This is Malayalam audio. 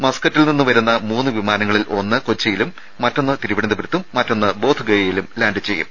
മസ്ക്കറ്റിൽ നിന്ന് വരുന്ന മൂന്ന് വിമാനങ്ങളിലൊന്ന് കൊച്ചിയിലും മറ്റൊന്ന് തിരുവനന്തപുരത്തും മറ്റൊന്ന് ബോധഗയയിലും ലാന്റ് ചെയ്യും